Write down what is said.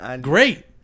great